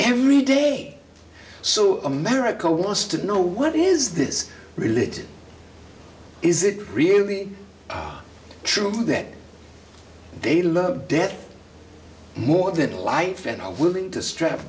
every day so america lost to know what is this religion is it really true that they love death more than life and willing to strap